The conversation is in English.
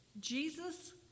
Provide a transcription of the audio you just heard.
Jesus